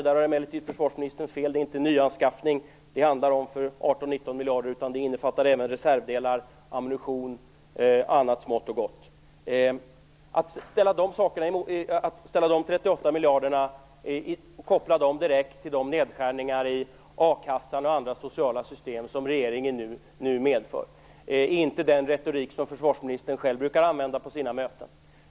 Där har emellertid försvarsministern fel, det är inte nyanskaffning för 18-19 miljarder det handlar om, utan det beloppet innefattar även reservdelar, ammunition och annat smått och gott. Att koppla de 38 miljarderna direkt till de nedskärningar i a-kassan och andra sociala system som regeringen nu medför är inte den retorik som försvarsministern själv brukar använda på sina möten.